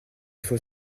faut